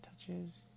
touches